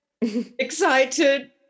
excited